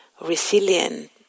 resilient